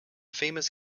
famous